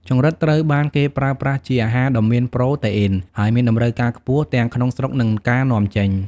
ចង្រិតត្រូវបានគេប្រើប្រាស់ជាអាហារដ៏មានប្រូតេអ៊ីន ហើយមានតម្រូវការខ្ពស់ទាំងក្នុងស្រុក និងការនាំចេញ។